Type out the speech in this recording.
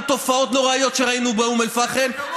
תופעות נוראיות שראינו באום אל-פחם,